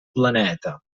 planeta